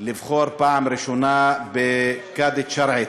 לבחור פעם ראשונה בקאדית שרעית.